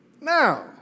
Now